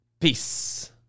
Peace